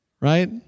Right